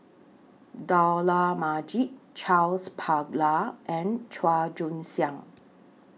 Dollah Majid Charles Paglar and Chua Joon Siang